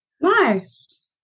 Nice